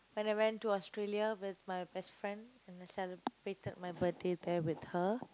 when I went to Australia with my best friend and I celebrated my birthday there with her